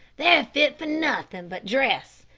they're fit for nothin' but dress,